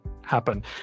happen